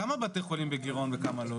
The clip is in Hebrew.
כמה בתי חולים בגירעון וכמה לא?